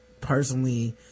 personally